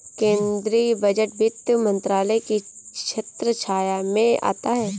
केंद्रीय बजट वित्त मंत्रालय की छत्रछाया में आता है